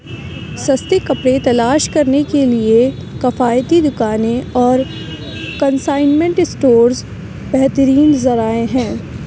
سستے کپڑے تلاش کرنے کے لیے کفایتی دکانیں اور کنسائنمنٹ اسٹورز بہترین ذرائع ہیں